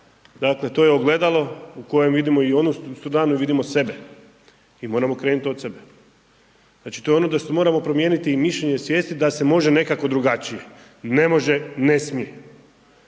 dakle to je ogledalo u kojem vidimo i onu stranu, vidimo sebe i moramo krenut od sebe. Znači, to je ono da se moramo promijeniti i mišljenje svijesti da se može nekako drugačije, ne može, ne smije,